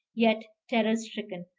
yet terror-stricken,